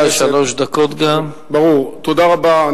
תודה רבה,